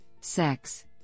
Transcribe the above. sex